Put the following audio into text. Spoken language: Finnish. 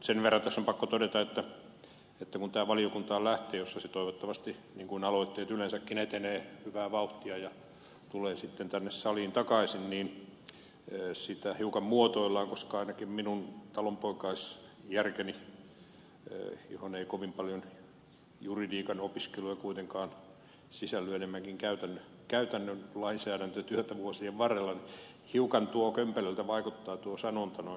sen verran tässä on pakko todeta että kun tämä valiokuntaan lähtee missä se toivottavasti niin kuin aloitteet yleensäkin etenee hyvää vauhtia ja tulee sitten tänne saliin takaisin niin sitä hiukan muotoillaan koska ainakin minun talonpoikaisjärkeni mukaan johon ei kovin paljon juridiikan opiskeluja kuitenkaan sisälly enemmänkin käytännön lainsäädäntötyötä vuosien varrella hiukan kömpelöltä vaikuttaa tuo sanonta noin lakitekstiksi